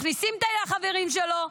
מכניסים את החברים שלו,